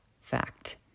fact